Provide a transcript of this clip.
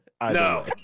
No